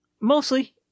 Mostly